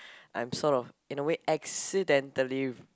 I'm sort of in a way accidentally